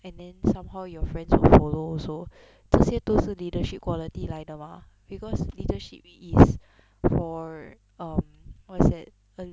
and then somehow you friends will follow also 这些都是 leadership quality 来的 mah because leadership is for um what is that